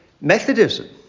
Methodism